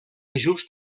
just